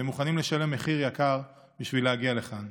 והם מוכנים לשלם מחיר יקר בשביל להגיע לכאן.